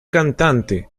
cantante